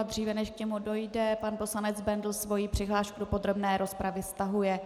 Dříve, než k němu dojde, pan poslanec Bendl svoji přihlášku do podrobné rozpravy stahuje.